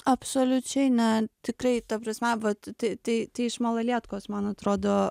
absoliučiai ne tikrai ta prasme vat tai tai tai iš malalietkos man atrodo